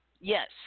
Yes